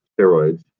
steroids